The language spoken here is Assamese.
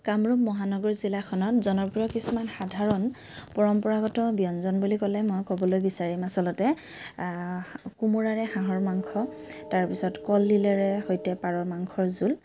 কামৰূপ মহানগৰ জিলাখনত জনপ্ৰিয় কিছুমান সাধাৰণ পৰম্পৰাগত ব্যঞ্জন বুলি ক'লে মই ক'বলৈ বিচাৰিম আচলতে কোমোৰাৰে হাঁহৰ মাংস তাৰপিছত কলডিলেৰে সৈতে পাৰ মাংসৰ জোল